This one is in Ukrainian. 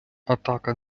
атака